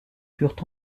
furent